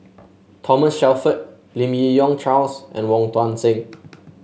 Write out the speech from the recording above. Thomas Shelford Lim Yi Yong Charles and Wong Tuang Seng